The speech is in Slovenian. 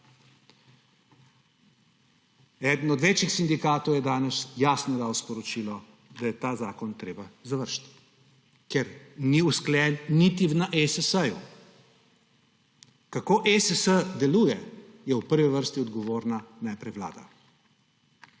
Eden od večjih sindikatov je danes jasno dal sporočilo, da je ta zakon treba zavreči, ker ni usklajen niti na ESS. Kako ESS deluje, je v prvi vrsti odgovorna najprej vlada.